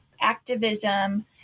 activism